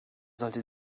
sollte